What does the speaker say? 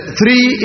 three